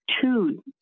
two